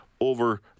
over